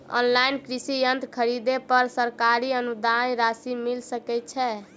Online कृषि यंत्र खरीदे पर सरकारी अनुदान राशि मिल सकै छैय?